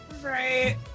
Right